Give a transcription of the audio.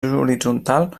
horitzontal